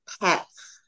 pets